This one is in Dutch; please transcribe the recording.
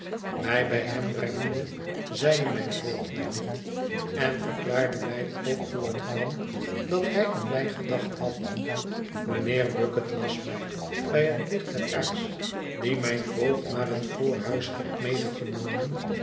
mij bij hem brengende zeide mijn voogd mij dit en verklaarde mij ook hoe het kwam dat hij aan mij gedacht had mijnheer bucket las mij bij het licht der kaars die mijn voogd naar het voorhuis had